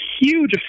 huge